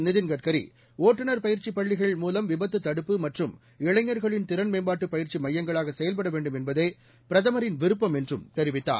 நிதின் கட்கரி ஓட்டுநர் பயிற்சிப் பள்ளிகள் மூலம் விபத்து தடுப்பு மற்றும் இளைஞர்களின் திறன் மேம்பாட்டுப் பயிற்சி மையங்களாக செயல்பட வேண்டும் என்பதே பிரதமரின் விருப்பம் என்றும் தெரிவித்தார்